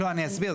אני אסביר,